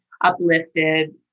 uplifted